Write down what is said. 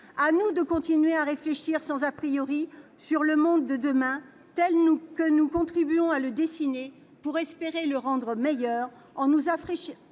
À nous de continuer à réfléchir, sans, sur le monde de demain, tel que nous contribuons à le dessiner, pour espérer le rendre meilleur, en nous affranchissant